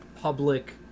public